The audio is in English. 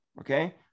okay